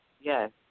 Yes